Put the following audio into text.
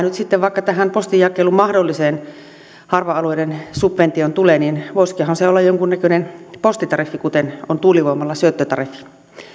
nyt sitten vaikka tähän postinjakelun mahdolliseen harva alueiden subventioon tulee niin voisikohan se olla jonkunnäköinen postitariffi kuten on tuulivoimalla syöttötariffi